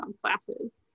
classes